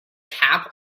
chap